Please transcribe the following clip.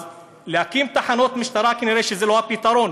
אז להקים תחנות משטרה זה כנראה לא הפתרון,